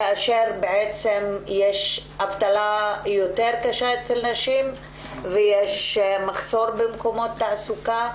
כאשר יש אבטלה חמורה יותר אצל נשים ויש מחסור במקומות תעסוקה.